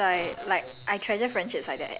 yes ya ya ya ya